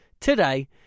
today